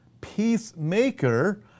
peacemaker